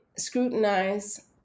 scrutinize